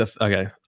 okay